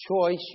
choice